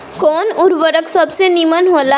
कवन उर्वरक सबसे नीमन होला?